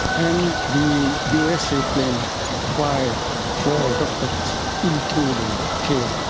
and the us aeroplane fired four rockets into the cave.